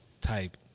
type